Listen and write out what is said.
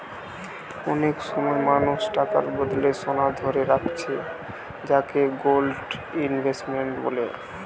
অনেক সময় মানুষ টাকার বদলে সোনা ধারে রাখছে যাকে গোল্ড ইনভেস্টমেন্ট বলে